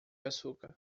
açúcar